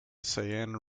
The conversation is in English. seine